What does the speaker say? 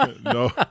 No